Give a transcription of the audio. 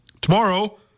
Tomorrow